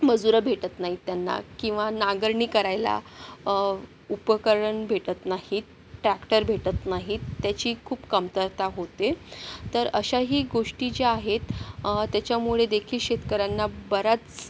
मजुर भेटत नाहीत त्यांना किंवा नांगरणी करायला उपकरण भेटत नाहीत टॅक्टर भेटत नाहीत त्याची खूप कमतरता होते तर अशाही गोष्टी ज्या आहेत त्याच्यामुळे देखील शेतकऱ्यांना बराच